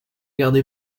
gardés